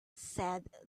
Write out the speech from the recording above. said